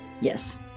Yes